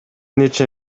нече